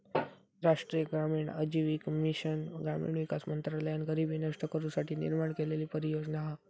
राष्ट्रीय ग्रामीण आजीविका मिशन ग्रामीण विकास मंत्रालयान गरीबी नष्ट करू साठी निर्माण केलेली परियोजना हा